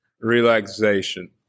relaxation